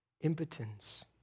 impotence